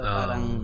parang